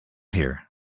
here